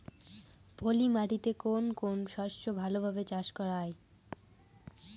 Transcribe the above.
পলি মাটিতে কোন কোন শস্য ভালোভাবে চাষ করা য়ায়?